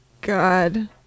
God